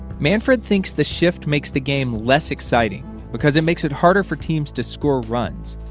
manfred thinks the shift makes the game less exciting because it makes it harder for teams to score runs.